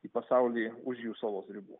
į pasaulį už jų salos ribų